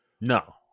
No